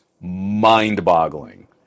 mind-boggling